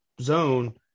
zone